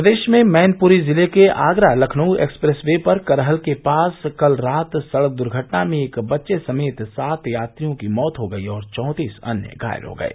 प्रदेश में मैनपुरी जिले कें आगरा लखनऊ एक्सप्रेसवे पर करहल के पास कल रात सड़क दुर्घटना में एक बच्चे समेत सात यात्रियों की मौत हो गयी और चौंतीस अन्य घायल हो गये